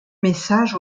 message